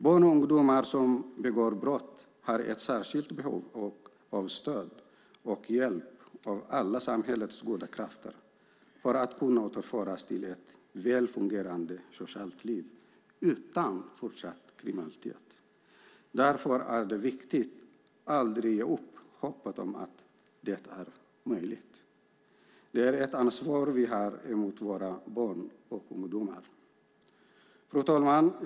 Barn och ungdomar som begår brott har ett särskilt behov av stöd och hjälp av alla samhällets goda krafter för att kunna återföras till ett väl fungerande socialt liv utan fortsatt kriminalitet. Därför är det viktigt att aldrig ge upp hoppet om att det är möjligt. Det är ett ansvar som vi har mot våra barn och ungdomar! Fru talman!